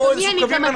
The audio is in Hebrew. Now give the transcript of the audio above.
או קווים מנחים.